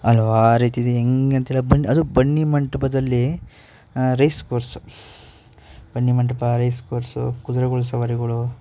ಹಲವಾರು ರೀತಿ ಇದೆ ಹೆಂಗೆ ಅಂತ್ಹೇಳಿದ್ರೆ ಬನ್ನಿ ಅದು ಬನ್ನಿಮಂಟಪದಲ್ಲಿ race course Bannimantap race course ಕುದುರೆಗಳ್ ಸವಾರಿಗಳು